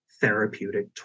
therapeutic